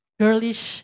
girlish